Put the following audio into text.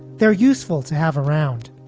they're useful to have around.